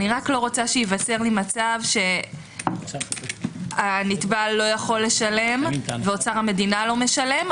אני רק לא רוצה שייווצר מצב שהנתבע לא יכול לשלם ואוצר המדינה לא משלם,